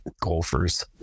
Golfers